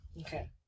Okay